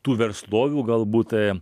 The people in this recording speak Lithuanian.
tų verslovių galbūt